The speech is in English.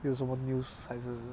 有什么 news 还是